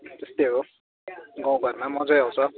त्यस्तै हो गाउँ घरमा मजै आउँछ